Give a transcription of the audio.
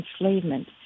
enslavement